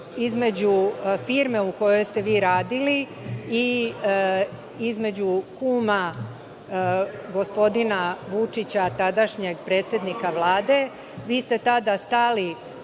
između firme u kojoj ste vi radili i između kuma gospodina Vučića, tadašnjeg predsednika Vlade. Vi ste tada stali